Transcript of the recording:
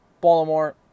Baltimore